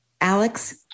Alex